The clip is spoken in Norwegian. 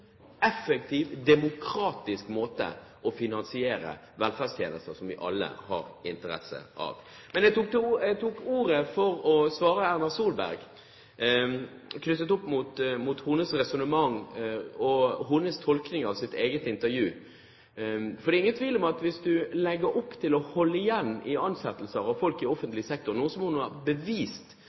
effektiv, demokratisk måte å finansiere velferdstjenester på som vi alle har interesse av. Men jeg tok ordet for å svare Erna Solberg på hennes resonnement og hennes tolkning av sitt eget intervju. Det er ingen tvil om at hvis man legger opp til å holde igjen på ansettelser av folk i offentlig sektor, i kommunesektoren, noe hun beviste da hun selv var kommunalminister, og istedenfor bruker pengene til skattelette og reduserer det offentliges inntekter, så